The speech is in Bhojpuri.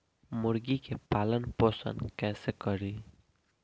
मुर्गी के पालन पोषण कैसे करी?